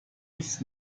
nichts